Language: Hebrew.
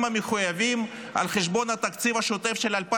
המחויבים על חשבון התקציב השוטף של 2024,